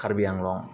कारबिआंलं